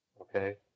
okay